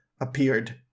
appeared